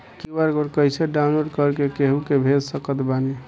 QR code कइसे download कर के केहु के भेज सकत बानी?